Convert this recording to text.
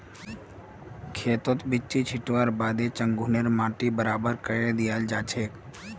खेतत बिच्ची छिटवार बादे चंघू ने माटी बराबर करे दियाल जाछेक